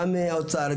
גם עם האוצר,